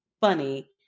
funny